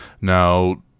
Now